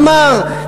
אמר,